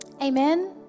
Amen